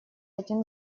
этим